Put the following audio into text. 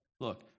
Look